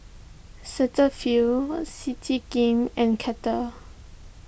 Cetaphil Citigem and Kettle